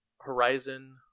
Horizon